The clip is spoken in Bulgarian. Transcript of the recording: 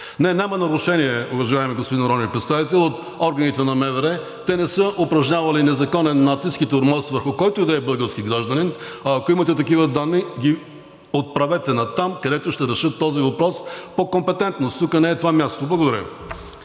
Не, няма нарушение, уважаеми господин народен представител, от органите на МВР. Те не са упражнявали незаконен натиск и тормоз върху който и да е български гражданин, а ако имате такива данни, ги отправете натам, където ще решат този въпрос по компетентност. Тук не е това място. Благодаря